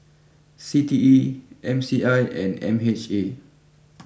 C T E M C I and M H A